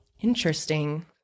Interesting